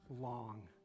long